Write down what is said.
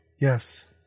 Yes